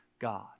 God